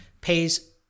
pays